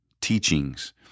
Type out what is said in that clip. teachings